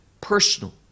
personal